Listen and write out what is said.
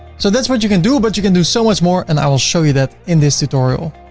so that's what you can do. but you can do so much more and i will show you that in this tutorial.